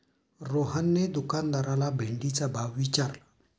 रोहनने दुकानदाराला भेंडीचा भाव विचारला